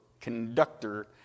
conductor